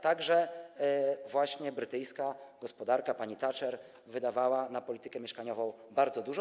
Także brytyjska gospodarka pani Thatcher wydawała na politykę mieszkaniową bardzo dużo.